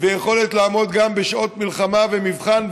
ויכולת לעמוד גם בשעות מלחמה ומבחן,